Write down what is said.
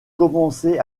commencé